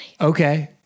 Okay